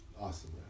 Awesome